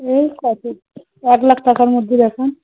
এই কত এক লাক টাকার মধ্যে দেখান